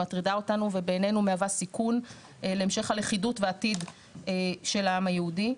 מטרידה אותנו ובעיננו מהווה סיכון להמשך הלכידות והעתיד של העם היהודי.